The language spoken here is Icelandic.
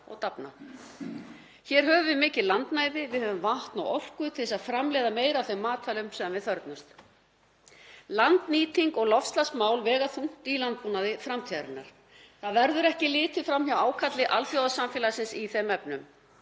og dafna. Hér höfum við mikið landnæði, við höfum vatn og orku til að framleiða meira af þeim matvælum sem við þörfnumst. Landnýting og loftslagsmál vega þungt í landbúnaði framtíðarinnar. Það verður ekki litið fram hjá ákalli alþjóðasamfélagsins í þeim efnum.